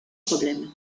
problème